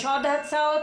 יש עוד הצעות?